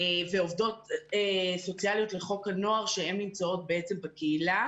ועובדות סוציאליות לחוק הנוער שהן נמצאים בקהילה.